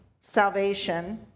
salvation